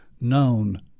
known